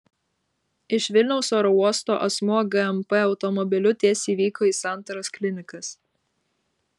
iš vilniaus oro uosto asmuo gmp automobiliu tiesiai vyko į santaros klinikas